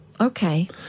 Okay